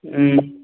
ம்